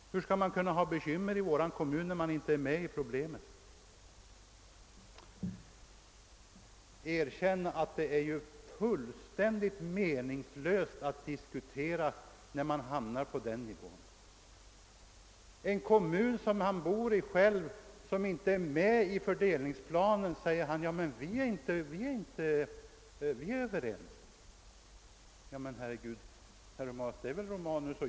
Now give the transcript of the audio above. Hur skall man kunna ha bekymmer i vår kommun när man inte berörs? Erkänn att det är fullständigt meningslöst att diskutera när man hamnar på den här nivån.